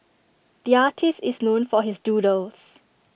the artist is known for his doodles